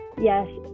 yes